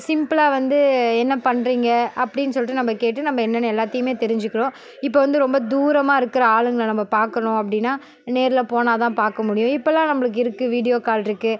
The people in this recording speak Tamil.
சிம்ப்ளாக வந்து என்னப் பண்ணுறீங்க அப்படின்னு சொல்லிட்டு நம்ம கேட்டு நம்ம என்னனு எல்லாத்தையுமே தெரிஞ்சுக்கிறோம் இப்போ வந்து ரொம்ப தூரமாக இருக்கிற ஆளுங்களை நம்ம பார்க்கணும் அப்படின்னா நேரில் போனால் தான் பார்க்க முடியும் இப்போல்லாம் நம்மளுக்கு இருக்குது வீடியோ கால் இருக்குது